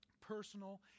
personal